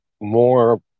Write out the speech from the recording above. more